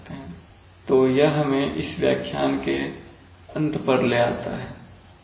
तो यह हमें इस व्याख्यान के अंत पर ले आता है